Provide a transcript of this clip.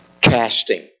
Casting